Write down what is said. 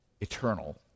eternal